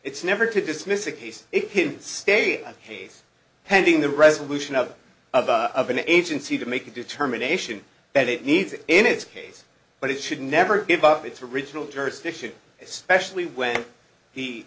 it's never to dismiss a case it didn't stay on case pending the resolution of of an agency to make a determination that it needs it in its case but it should never give up its original jurisdiction especially when he